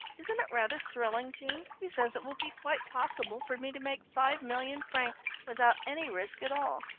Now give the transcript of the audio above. isn't it rather thrilling, jean? he says it will be quite possible for me to make five million francs without any risk at all.